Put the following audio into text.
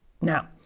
Now